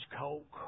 Coke